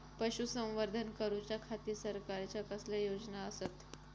पशुसंवर्धन करूच्या खाती सरकारच्या कसल्या योजना आसत?